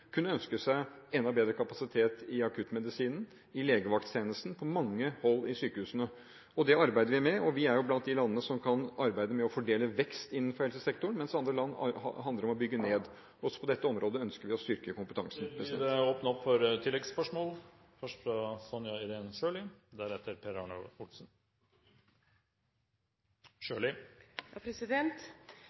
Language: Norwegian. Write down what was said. kunne ønsket seg enda bedre kapasitet i akuttmedisinen og i legevaktstjenesten på mange hold i sykehusene. Det arbeider vi med. Vi er blant de landene som kan arbeide med å fordele vekst innenfor helsesektoren, mens i andre land handler det om å bygge ned. Også på dette området ønsker vi å styrke kompetansen. Det blir gitt anledning til tre oppfølgingsspørsmål – først Sonja Irene Sjøli.